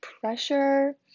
pressure